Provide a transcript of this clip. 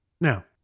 Now